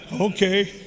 Okay